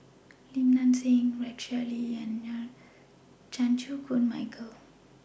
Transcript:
Lim Nang Seng Rex Shelley and Chan Chew Koon Michael